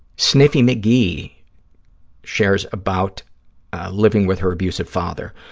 sniffy mcgee shares about living with her abusive father.